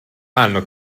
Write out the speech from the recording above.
hanno